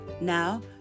now